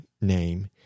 name